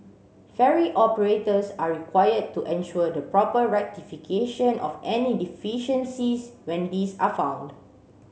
ferry operators are required to ensure the proper rectification of any deficiencies when these are found